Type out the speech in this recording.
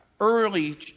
early